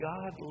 God